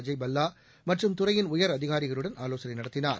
அஜய் பல்லா மற்றும் துறையின் உயா் அதிகாரிகளுடன் ஆலோசனை நடத்தினார்